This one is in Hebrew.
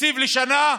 תקציב לשנה,